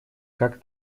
как